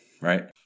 right